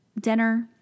dinner